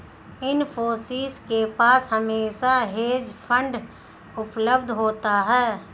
इन्फोसिस के पास हमेशा हेज फंड उपलब्ध होता है